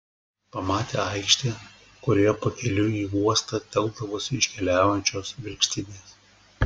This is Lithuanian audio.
pamatė aikštę kurioje pakeliui į uostą telkdavosi iškeliaujančios vilkstinės